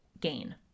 gain